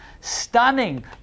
Stunning